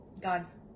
God's